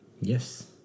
Yes